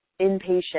inpatient